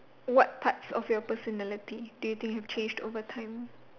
what parts of your personality do you think have changed over time